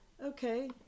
Okay